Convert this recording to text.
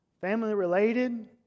family-related